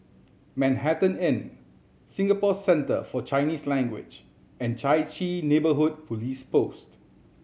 Manhattan Inn Singapore Centre For Chinese Language and Chai Chee Neighbourhood Police Post